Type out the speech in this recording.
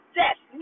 death